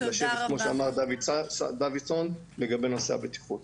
לשבת כמו שאמר דוידסון לגבי נושא הבטיחות.